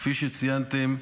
כפי שציינתם,